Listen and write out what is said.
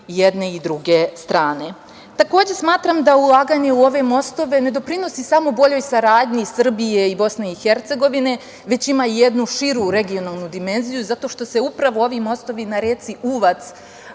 jedne i druge strane. Takođe, smatram da ulaganje u ove mostove ne doprinosi samo boljoj saradnji Srbije i Bosne i Hercegovine, već ima jednu širu regionalnu dimenziju zato što se upravo ovi mostovi na reci Uvac